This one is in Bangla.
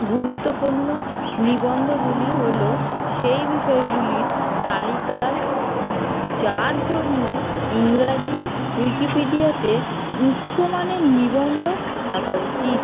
গুরুত্বপূর্ণ নিবন্ধগুলি হলো সেই বিষয়গুলির তালিকা যার জন্য ইংরাজি উইকিপিডিয়াতে উচ্চ মানের নিবন্ধ থাকা উচিত